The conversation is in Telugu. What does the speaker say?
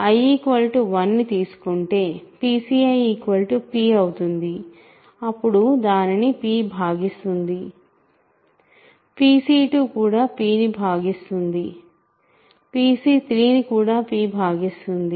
i 1ని తీసుకుంటే pCi p అవుతుంది అప్పుడు దానిని p భాగిస్తుంది pC2 ని కూడా p ను భాగిస్తుంది pC3 ని కూడా p ను భాగిస్తుంది